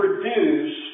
produce